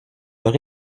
leur